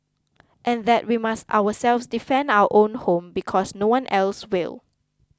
and that we must ourselves defend our own home because no one else will